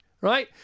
right